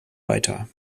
weiter